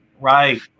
right